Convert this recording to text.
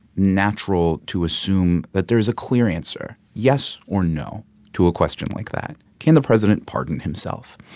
natural to assume that there is a clear answer yes or no to a question like that. can the president pardon himself?